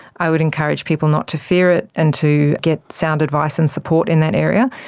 i would encourage people not to fear it and to get sound advice and support in that area.